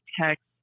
text